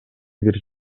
бир